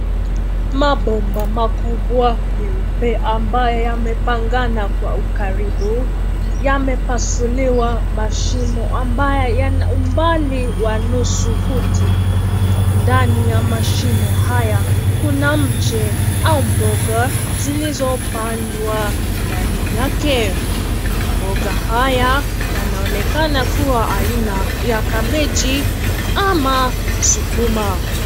Mabomba makubwa, nyeupe ambayo yamepangana kwa ukaribu, yamepasuliwa mashimo ambayo yana umbali wa nusu futi. Ndani ya mashimo haya, kuna mche, au mboga, zilizopandwa, ndani yake, mboga haya, yanaonekana kuwa aina, ya kabeji, ama, sukuma.